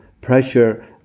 pressure